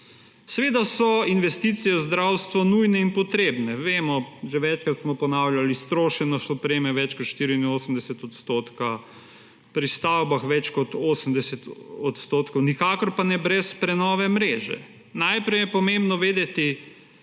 Seveda so investicije v zdravstvu nujne in potrebne. Vemo, že večkrat smo ponavljali, iztrošenost opreme več kot 84 odstotkov, pri stavbah več kot 80 odstotkov, nikakor pa ne brez prenove mreže. Najprej je pomembno vedeti,